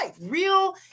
real